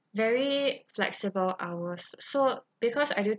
very flexible hours so because I do